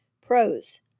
Pros